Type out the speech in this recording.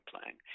playing